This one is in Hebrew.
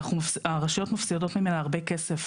הרשויות מפסידות ממנה הרבה כסף.